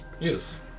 Yes